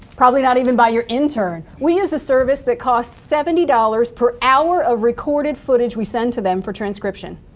probably not even by your intern. we use a service that costs seventy dollars per hour of recorded footage we send to them for transcription.